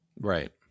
Right